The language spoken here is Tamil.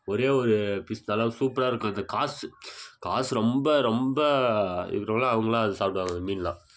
ஒரே ஒரு பீஸ் நல்லா சூப்பராக இருக்கும் அது காசு காசு ரொம்ப ரொம்ப இருக்கிறவங்கள்லாம் அவங்கள்லாம் அது சாப்பிடுவாங்க அந்த மீனெலாம்